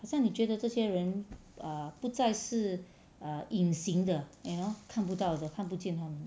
好像你觉得这些人 err 不再是 err 隐形的 you know 看不到的看不见他们